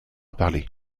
parlé